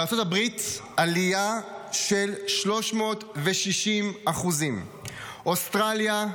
בארצות הברית עלייה של 360%; באוסטרליה,